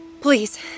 Please